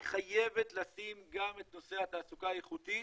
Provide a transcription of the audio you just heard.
היא חייבת לשים גם את נושא התעסוקה האיכותית